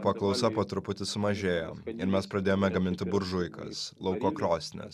paklausa po truputį sumažėjo ir mes pradėjome gaminti buržuikas lauko krosnis